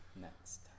Next